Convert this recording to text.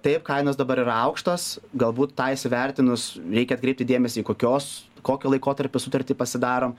taip kainos dabar yra aukštos galbūt tą įsivertinus reikia atkreipti dėmesį į kokios kokio laikotarpio sutartį pasidarom